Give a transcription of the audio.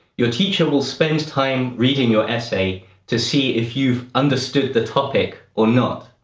your teacher will spend time reading your essay to see if you've understood the topic or not.